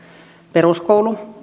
peruskoulu